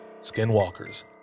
skinwalkers